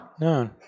no